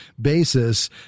basis